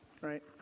right